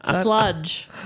Sludge